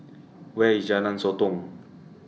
Where IS Jalan Sotong